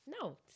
No